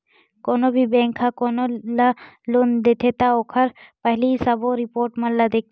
कोनो भी बेंक ह कोनो ल लोन देथे त ओखर पहिली के सबो रिपोट मन ल देखथे